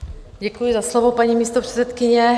Děkuji za slovo, paní místopředsedkyně.